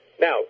now